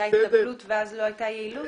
לא הייתה יעילות?